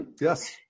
Yes